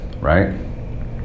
right